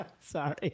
sorry